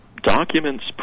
documents